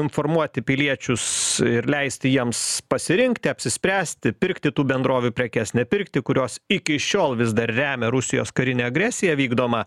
informuoti piliečius ir leisti jiems pasirinkti apsispręsti pirkti tų bendrovių prekes nepirkti kurios iki šiol vis dar remia rusijos karinę agresiją vykdomą